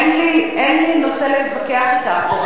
אין לי נושא להתווכח אתך.